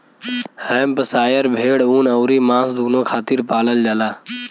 Hampshire भेड़ ऊन अउरी मांस दूनो खातिर पालल जाला